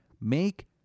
make